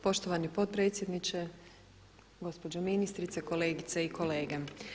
Poštovani potpredsjedniče, gospođo ministrice, kolegice i kolege.